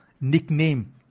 nickname